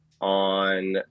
on